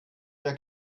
mehr